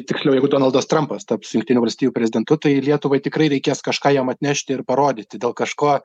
tiksliau jeigu donaldas trampas taps jungtinių valstijų prezidentu tai lietuvai tikrai reikės kažką jam atnešti ir parodyti dėl kažko